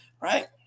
right